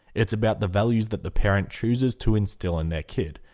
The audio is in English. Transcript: it's about the values that the parent chooses to instil in their kid.